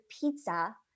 pizza